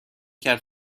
کرد